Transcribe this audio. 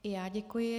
I já děkuji.